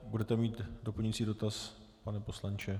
Budete mít doplňující dotaz, pane poslanče?